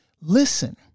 Listen